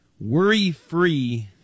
worry-free